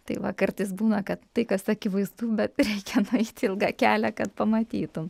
tai va kartais būna kad tai kas akivaizdu bet reikia nueiti ilgą kelią kad pamatytum